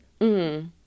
-hmm